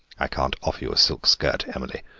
i can't offer you a silk skirt, emily,